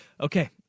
Okay